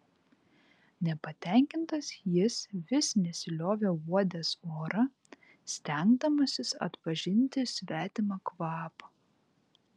nepatenkintas jis vis nesiliovė uodęs orą stengdamasis atpažinti svetimą kvapą